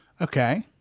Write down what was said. Okay